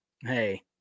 hey